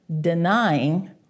denying